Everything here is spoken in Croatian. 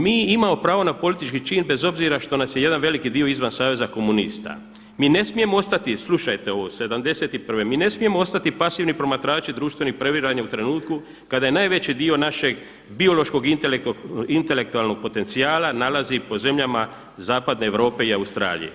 Mi imamo pravo na politički čin bez obzira što nas je jedan veliki dio izvan saveza komunista mi ne smijemo ostati, slušajte ovo 71. mi ne smijemo ostati pasivni promatrači društvenih prebiranja u trenutku kada je najveći dio našeg biološkog i intelektualnog potencijala nalazi po zemljama zapadne Europe i Australije.